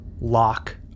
lock